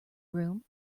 room